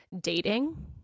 dating